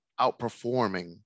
outperforming